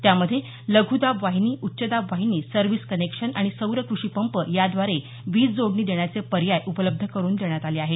त्यामध्ये लघदाब वाहिनी उच्चदाब वाहिनी सर्विस कनेक्शन आणि सौर कृषीपंप याव्दारे वीज जोडणी देण्याचे पर्याय उपलब्ध करून देण्यात आले आहेत